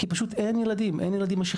כי פשוט אין ילדים בשכבות.